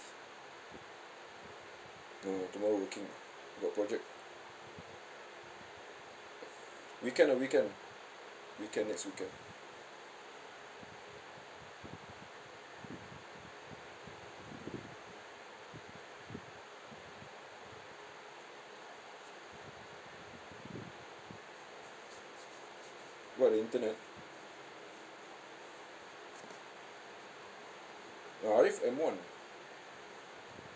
no tomorrow working ah got project weekend ah weekend weekend next weekend what the internet uh ariff M one